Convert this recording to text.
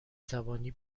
توانی